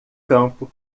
campo